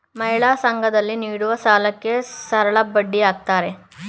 ಮಹಿಳಾ ಸಂಘ ದಲ್ಲಿ ನೀಡುವ ಸಾಲಕ್ಕೆ ಸರಳಬಡ್ಡಿ ಹಾಕ್ತಾರೆ